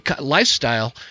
lifestyle